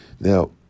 Now